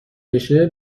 بشه